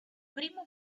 primo